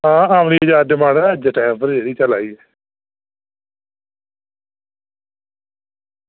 आं म्हाराज अज्ज दे टैम उप्पर इयै चला दी